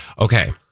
Okay